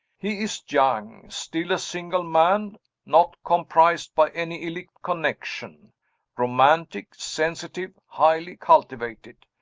he is young still a single man not compromised by any illicit connection romantic, sensitive, highly cultivated.